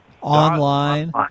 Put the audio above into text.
Online